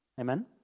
Amen